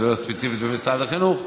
אני מדבר ספציפית על משרד החינוך.